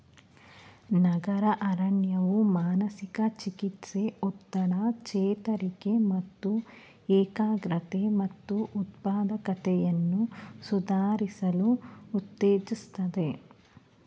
ನಗರ ಅರಣ್ಯವು ಮಾನಸಿಕ ಚಿಕಿತ್ಸೆ ಒತ್ತಡ ಚೇತರಿಕೆ ಮತ್ತು ಏಕಾಗ್ರತೆ ಮತ್ತು ಉತ್ಪಾದಕತೆಯನ್ನು ಸುಧಾರಿಸಲು ಉತ್ತೇಜಿಸ್ತದೆ